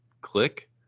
click